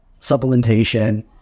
supplementation